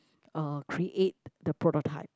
uh create the prototype